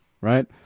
right